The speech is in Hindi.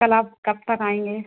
कल आप कब तक आएंगे